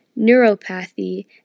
neuropathy